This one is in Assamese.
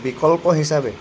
বিকল্প হিচাপে